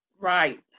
Right